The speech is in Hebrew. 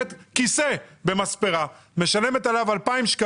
כיסא במספרה ומשלמת עליו כ-2,000 ₪